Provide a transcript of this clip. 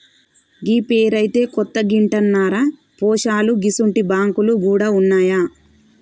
గీ పేరైతే కొత్తగింటన్నరా పోశాలూ గిసుంటి బాంకులు గూడ ఉన్నాయా